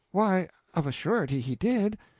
why, of a surety he did.